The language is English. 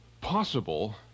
possible